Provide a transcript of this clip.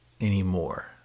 anymore